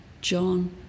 John